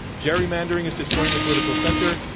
gerrymandering is destroying the political center,